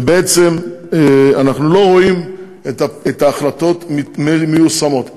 ובעצם אנחנו לא רואים את ההחלטות מיושמות.